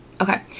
Okay